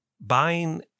Buying